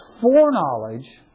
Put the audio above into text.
foreknowledge